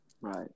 Right